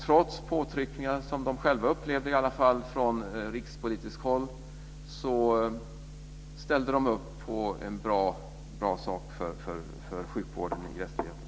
Trots påtryckningar som de själva i alla fall upplevde från rikspolitiskt håll ställde de upp på en bra sak för sjukvården i Västra Götaland.